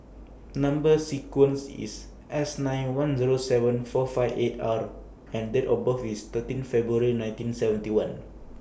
Number sequence IS S nine one Zero seven four five eight R and Date of birth IS thirteen February nineteen seventy one